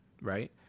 right